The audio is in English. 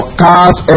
car's